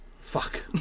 fuck